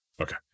okay